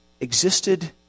existed